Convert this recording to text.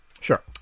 Sure